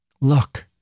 Look